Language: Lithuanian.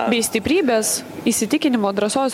bei stiprybės įsitikinimo drąsos